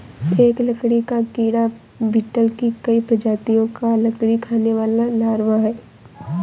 एक लकड़ी का कीड़ा बीटल की कई प्रजातियों का लकड़ी खाने वाला लार्वा है